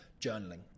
journaling